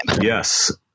Yes